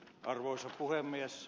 arvoisa puhemies